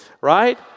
right